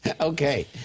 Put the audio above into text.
Okay